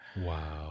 Wow